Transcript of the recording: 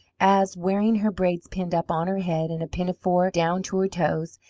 as, wearing her braids pinned up on her head and a pinafore down to her toes,